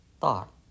thought